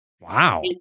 Wow